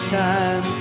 time